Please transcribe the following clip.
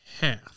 half